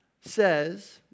says